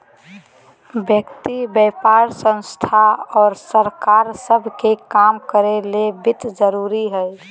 व्यक्ति व्यापार संस्थान और सरकार सब के काम करो ले वित्त जरूरी हइ